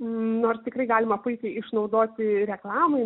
nors tikrai galima puikiai išnaudoti reklamai